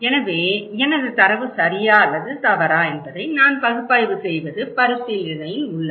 எனவே எனது தரவு சரியா அல்லது தவறா என்பதை நான் பகுப்பாய்வு செய்வது பரிசீலனையில் உள்ளது